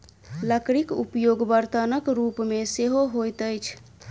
लकड़ीक उपयोग बर्तनक रूप मे सेहो होइत अछि